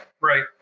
Right